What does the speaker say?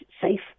safe